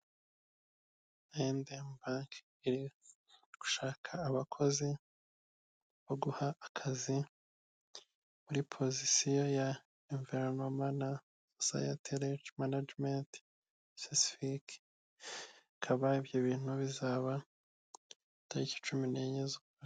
I&M bank iri gushaka abakozi bo guha akazi, muri pozisiyo ya inverinoma sayatereji managementi sasifike, bikaba ibyo bintu bizaba tariki cumi n'enye z'ukwa...